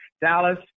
Dallas